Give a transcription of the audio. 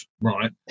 right